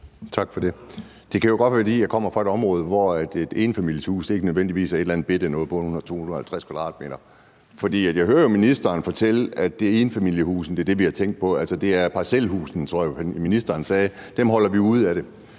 Tak for det. Det kan godt være, at det er, fordi jeg kommer fra et område, hvor et enfamilieshus ikke nødvendigvis er et eller andet bette et på 250 m². For jeg hører jo ministeren fortælle, at det er enfamilieshusene, man har tænkt på, altså at det er parcelhusene, tror jeg ministeren sagde, man holder ude af det.